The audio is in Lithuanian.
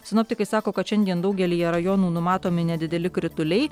sinoptikai sako kad šiandien daugelyje rajonų numatomi nedideli krituliai